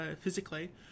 physically